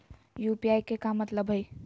UPI के का मतलब हई?